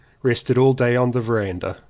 rested all day on the verandah.